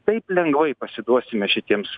taip lengvai pasiduosime šitiems